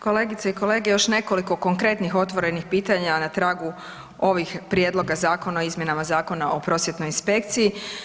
Kolegice i kolege, još nekoliko konkretnih otvorenih pitanja na tragu ovih prijedloga Zakona o izmjenama Zakona o prosvjetnoj inspekciji.